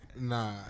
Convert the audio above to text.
Nah